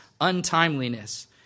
untimeliness